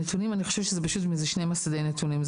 הנתונים, אני חושבת שזה מסדי נתונים.